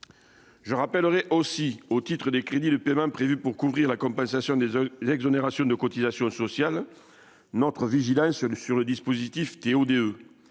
Je rappellerai aussi au titre des crédits de paiement prévus pour couvrir la compensation des zones l'exonération de cotisations sociales, notre vigilance sur le dispositif TODE